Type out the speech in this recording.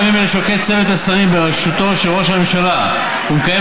בימים אלה שוקד צוות השרים בראשות ראש הממשלה ומקיים